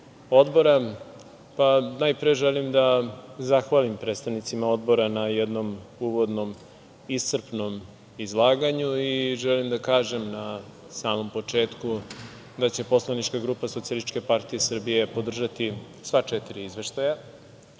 najpre želim da zahvalim predstavnicima odbora na jednom uvodnom iscrpnom izlaganju i želim da kažem na samom početku da će Poslanička grupa SPS podržati sva četiri izveštaja.